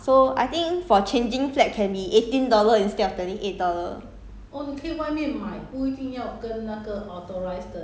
selling the diamond cheaper than the official store ya so I think for changing flag can be eighteen dollar instead of only twenty eight dollar